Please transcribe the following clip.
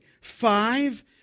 five